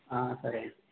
సరే అండి